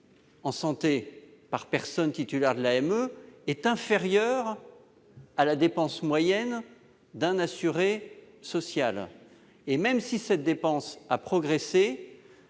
en santé par titulaire de l'AME est inférieure à la dépense moyenne d'un assuré social. Certes, cette dépense a progressé.